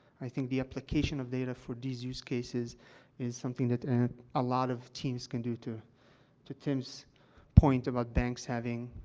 i think the application of data for these use cases is something that, and ah, a lot of teams can do, to to tim's point about banks having,